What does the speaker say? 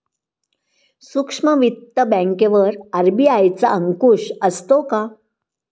सूक्ष्म वित्त बँकेवर आर.बी.आय चा अंकुश असतो का?